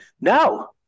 No